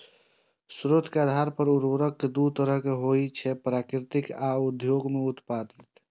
स्रोत के आधार पर उर्वरक दू तरहक होइ छै, प्राकृतिक आ उद्योग मे उत्पादित